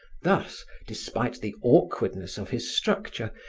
thus, despite the awkwardness of his structure,